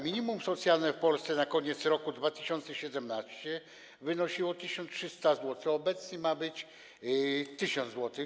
Minimum socjalne w Polsce na koniec roku 2017 wynosiło 1300 zł, obecnie ma być 1000 zł.